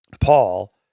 Paul